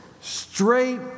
straight